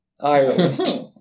Ireland